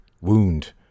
wound